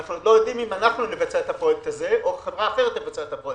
אנחנו לא יודעים אם אנחנו נבצע את הפרויקט הזה או חברה אחרת תבצע אותו.